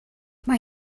mae